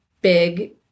big